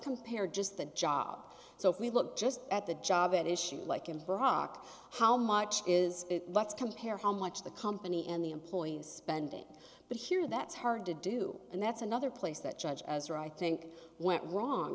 compare just the job so if we look just at the job at issue like in brock how much is it let's compare how much the company and the employees spending but here that's hard to do and that's another place that judge as or i think went wrong